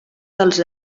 dels